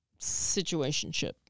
situationship